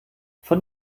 von